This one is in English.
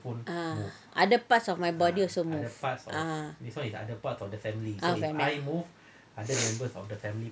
ah other parts of my body also move ah oh family